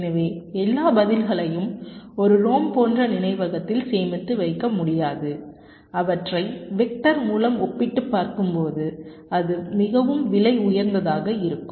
எனவே எல்லா பதில்களையும் ஒரு ரோம் போன்ற நினைவகத்தில் சேமித்து வைக்க முடியாது அவற்றை வெக்டர் மூலம் ஒப்பிட்டுப் பார்க்கும்போது அது மிகவும் விலை உயர்ந்ததாக இருக்கும்